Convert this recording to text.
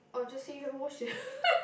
or just say you haven't watched it